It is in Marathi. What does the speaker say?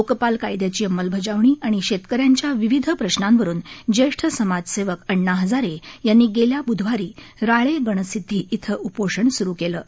लोकपाल कायद्याची अंमलबजावणी आणि शेतकऱ्यांच्या विविध प्रशांवरून ज्येष्ठ समाजसेवक अण्णा हजारे यांनी गेल्या ब्धवारी राळेगणसिद्धी इथं उपोषण सुरु केलं आहे